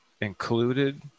included